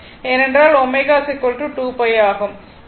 ஏனென்றால் ω2 pi ஆகும்